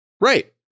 Right